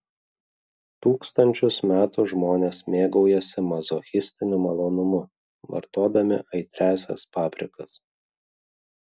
tūkstančius metų žmonės mėgaujasi mazochistiniu malonumu vartodami aitriąsias paprikas